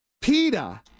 PETA